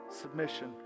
submission